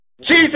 Jesus